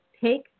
take